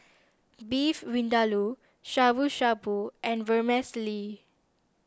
Beef Vindaloo Shabu Shabu and Vermicelli